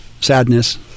sadness